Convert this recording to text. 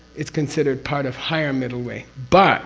it's considered part of higher middle way, but